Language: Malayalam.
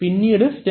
ഇതാണ് അടഞ്ഞ ഡോർ